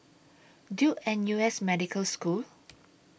Duke N U S Medical School